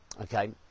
okay